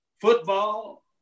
football